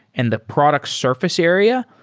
and the product surface area.